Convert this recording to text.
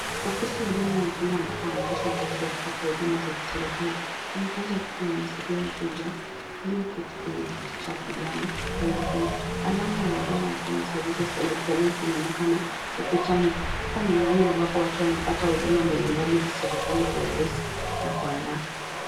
Ofisi ya huduma ya Kenya ambapo wananchi wanakuja kupata huduma za kiserikali, mfanyikazi wa kike anamsaidia mteja aliyeketi kwenye kiti cha kijani na nyekundu , alama ya huduma ya Kenya Services HKS inaonekana ukutani ,hapa ni mahali ambapo watu wanapata huduma mbalimbali za serikali kwa urahisi na kwa haraka.